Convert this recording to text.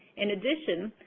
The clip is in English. in addition,